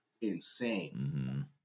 insane